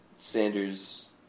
Sanders